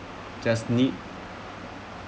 just need